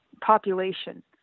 population